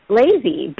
lazy